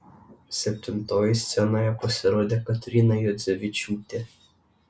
septintoji scenoje pasirodė kotryna juodzevičiūtė